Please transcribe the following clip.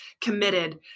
committed